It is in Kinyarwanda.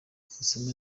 sosoma